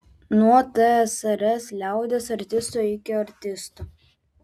nuo tsrs liaudies artisto iki artisto